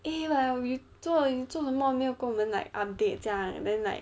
eh !wah! we 妳做妳做什么没有跟我们 like update 这样 then like